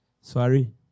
Sorry